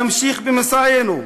נמשיך במסענו.